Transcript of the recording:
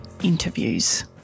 Interviews